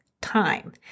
time